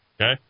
Okay